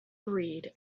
read